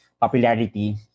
popularity